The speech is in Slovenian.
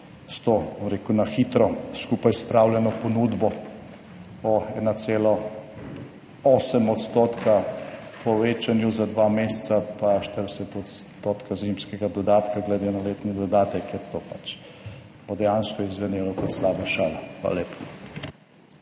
bom rekel, na hitro skupaj spravljeno ponudbo o 1,8 % povečanju za dva meseca pa 40 % zimskega dodatka glede na letni dodatek, ker to pač bo dejansko izzvenelo kot slaba šala. Hvala lepa.